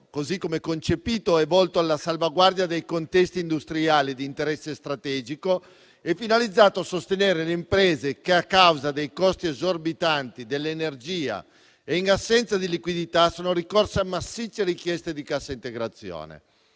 così come concepito, è volto alla salvaguardia dei contesti industriali di interesse strategico e finalizzato a sostenere le imprese che, a causa dei costi esorbitanti dell'energia e in assenza di liquidità, sono ricorse a massicce richieste di cassa integrazione.